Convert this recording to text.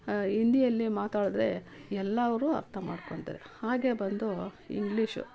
ಹಿಂದಿಯಲ್ಲಿ ಮಾತಾಡಿದ್ರೆ ಎಲ್ಲರೂ ಅರ್ಥ ಮಾಡ್ಕೊಳ್ತಾರೆ ಹಾಗೇ ಬಂದು ಇಂಗ್ಲೀಷು